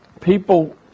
people